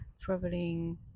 traveling